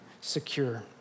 secure